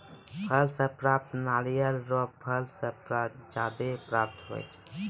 फल से प्राप्त नारियल रो फल से ज्यादा प्राप्त हुवै छै